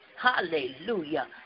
Hallelujah